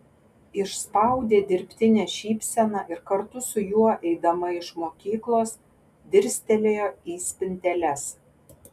išspaudė dirbtinę šypseną ir kartu su juo eidama iš mokyklos dirstelėjo į spinteles